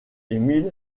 emil